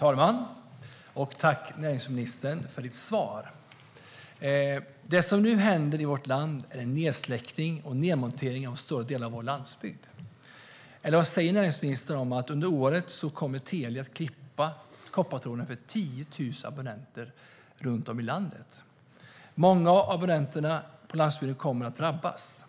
Herr talman! Tack, näringsministern, för svaret! Det som nu händer i vårt land är en nedsläckning och en nedmontering av stora delar av vår landsbygd. Eller vad säger näringsministern om att Telia under året kommer att klippa koppartråden för 10 000 abonnenter runt om i landet? Många av abonnenterna på landsbygden kommer att drabbas.